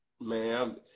Man